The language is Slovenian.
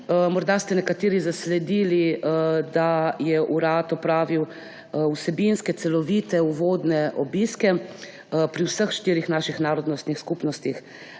Morda ste nekateri zasledili, da je urad opravil vsebinske, celovite uvodne obiske pri vseh štirih naših narodnostnih skupnostih